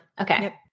Okay